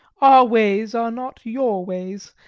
our ways are not your ways,